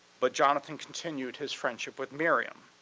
but jonathan continued his friendship with miriam,